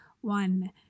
one